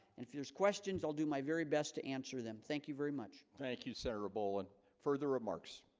and if there's questions i'll do my very best to answer them. thank you very much. thank you senator boland further remarks